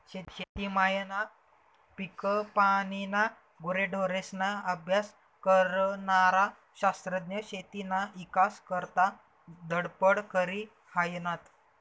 शेती मायना, पिकपानीना, गुरेढोरेस्ना अभ्यास करनारा शास्त्रज्ञ शेतीना ईकास करता धडपड करी हायनात